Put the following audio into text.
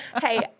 Hey